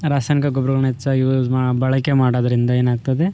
ರಾಸಾಯನಿಕ ಗೊಬ್ಬರಗಳನ್ನು ಹೆಚ್ಚಾಗಿ ಯೂಸ್ ಮಾ ಬಳಕೆ ಮಾಡೋದ್ರಿಂದ ಏನಾಗ್ತದೆ